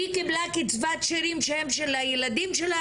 היא קיבלה קצבת שארים, שהם של הילדים שלה.